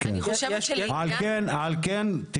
על כן,